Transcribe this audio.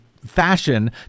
Fashion